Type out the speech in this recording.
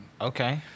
Okay